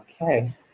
Okay